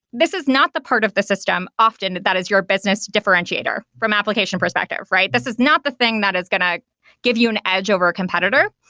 this is not the part of the system often that is your business differentiator from application perspective, right this is not the thing that is going to give you an edge over a competitor.